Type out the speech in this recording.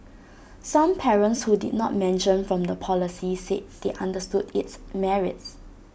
some parents who did not mention from the policy said they understood its merits